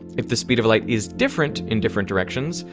if the speed of light is different in different directions,